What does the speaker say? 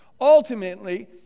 ultimately